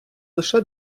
лише